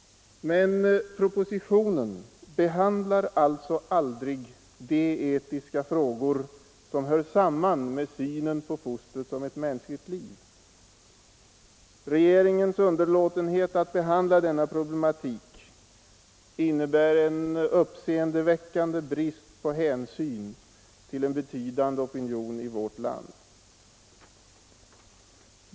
Men propositionen tar aldrig upp de etiska frågor som hör samman med synen på fostret som ett mänskligt liv. Regeringens underlåtenhet att behandla denna problematik innebär en uppseendeväckande brist på hänsyn till en betydande opinion i vårt land.